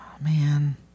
Man